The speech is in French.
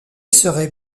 serait